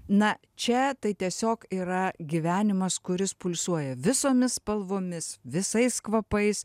na čia tai tiesiog yra gyvenimas kuris pulsuoja visomis spalvomis visais kvapais